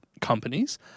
companies